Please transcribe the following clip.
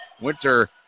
Winter